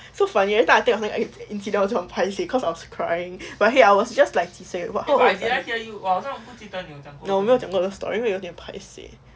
so funny every time I think of this incident 我就很 paiseh I was crying but !hey! I was just like no 我没有讲过这个 story 会有点 paiseh